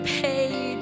paid